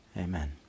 Amen